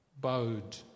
bowed